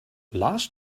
last